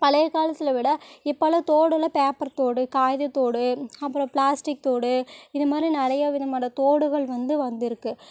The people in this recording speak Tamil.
பழைய காலத்தில் விட இப்போல்லாம் தோடெல்லாம் பேப்பர் தோடு காகித தோடு அப்புறம் பிளாஸ்டிக் தோடு இது மாதிரி நிறைய விதமான தோடுகள் வந்து வந்திருக்குது